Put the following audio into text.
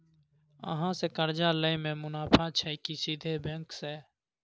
अहाँ से कर्जा लय में मुनाफा छै की सीधे बैंक से?